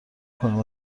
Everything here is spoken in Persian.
کنیم